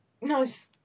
Nice